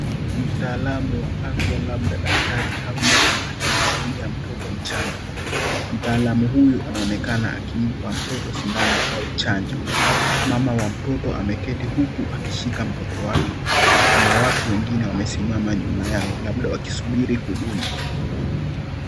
Mtaalamu wa afya labda daktari au nesi akimuhudumia mtoto mchanga. Mtaalamu huyu anonekana akimpa mtoto sindano au chanjo. Mama wa mtoto ameketi huku akishika mtoto wake. Kuna watu wengine wamesimama nyuma yao labda wakisubiri huduma.